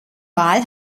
wahl